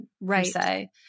Right